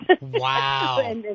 Wow